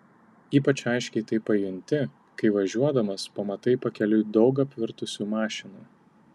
ypač aiškiai tai pajunti kai važiuodamas pamatai pakeliui daug apvirtusių mašinų